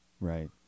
right